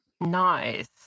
nice